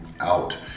out